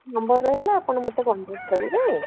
number ରହିଲା ଆପଣ ମୋତେ କଣ୍ଟାକ୍ଟ କରିବେ